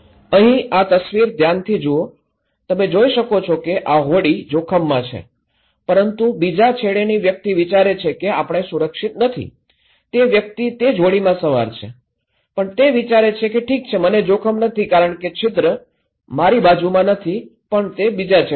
અહીં આ તસવીર ધ્યાનથી જુઓ તમે જોઈ શકો છો કે આ હોડી જોખમમાં છે પરંતુ બીજા છેડેની વ્યક્તિ વિચારે છે કે આપણે સુરક્ષિત નથી તે વ્યક્તિ તે જ હોડીમાં સવાર છે પણ તે વિચારે છે કે ઠીક છે મને જોખમ નથી કારણ કે છિદ્ર મારી બાજુમાં નથી પણ તે બીજા છેડે છે